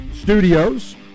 studios